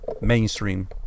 Mainstream